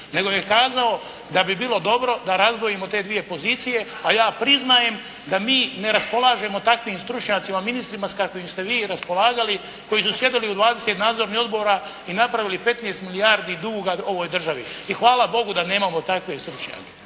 Nego je kazao da bi bilo dobro da razdvojimo te dvije pozicije. A ja priznajem da mi ne raspolažemo takvim stručnjacima ministrima s kakvim ste vi raspolagali, koji su sjedali u 20 nadzornih odbora i napravili 15 milijardi duga ovoj državi. I hvala Bogu da nemamo takve stručnjake.